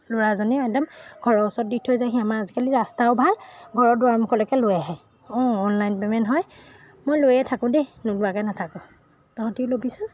ল'ৰাজনেও একদম ঘৰৰ ওচৰত দি থৈ যায়হি আমাৰ আজিকালি ৰাস্তাও ভাল ঘৰৰ দুৱাৰমুখলৈকে লৈ আহে অঁ অনলাইন পে'মেণ্ট হয় মই লৈয়ে থাকোঁ দেই নোলোৱাকৈ নাথাকোঁ তহঁতিও ল'বিচোন